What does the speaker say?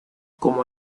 como